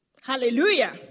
Hallelujah